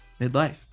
midlife